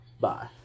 bye